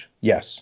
Yes